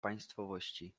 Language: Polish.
państwowości